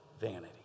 vanity